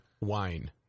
wine